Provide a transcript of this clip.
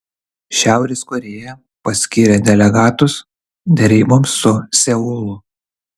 šiaurės korėja paskyrė delegatus deryboms su seulu